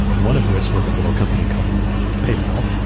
one of which was a little company called paypal,